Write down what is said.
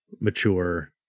mature